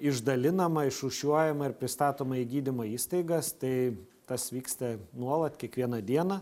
išdalinama išrūšiuojama ir pristatoma į gydymo įstaigas tai tas vyksta nuolat kiekvieną dieną